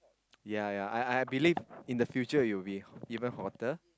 ya ya I I believe in the future it will be even hotter